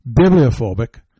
bibliophobic